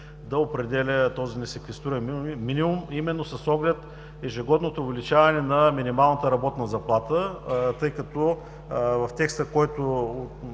да определя този несеквестируем минимум именно с оглед ежегодното увеличаване на минималната работна заплата, тъй като в текста, който